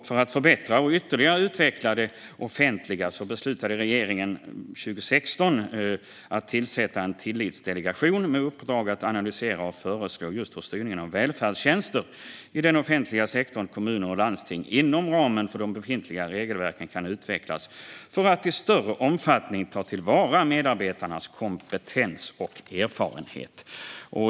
För att förbättra och ytterligare utveckla det offentliga beslutade regeringen 2016 att tillsätta en tillitsdelegation med uppdrag att analysera och föreslå hur styrningen av välfärdstjänster i den offentliga sektorn, kommuner och landsting, inom ramen för de befintliga regelverken, kan utvecklas för att i större omfattning ta till vara medarbetarnas kompetens och erfarenhet.